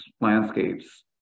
landscapes